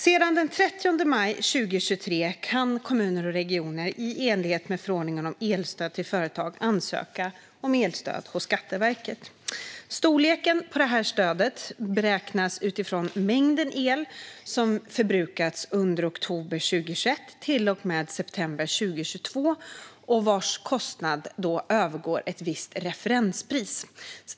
Sedan den 30 maj 2023 kan kommuner och regioner, i enlighet med förordningen om elstöd till företag, ansöka om elstöd hos Skatteverket. Storleken på stödet beräknas utifrån mängden el som förbrukats under oktober 2021 till och med september 2022 och vars kostnad överstiger ett visst referenspris.